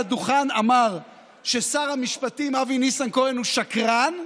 הדוכן ששר המשפטים אבי ניסנקורן הוא שקרן.